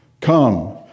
Come